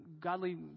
godly